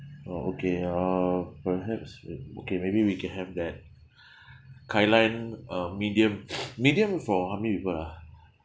oh okay uh perhaps okay maybe we can have that kailan uh medium medium for how many people ah